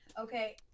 okay